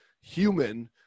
human